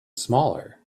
smaller